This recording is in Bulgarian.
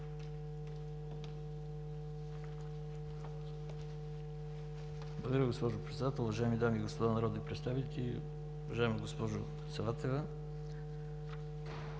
Уважаема госпожо Председател, уважаеми дами и господа народни представители, уважаеми господин Зарков!